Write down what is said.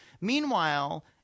Meanwhile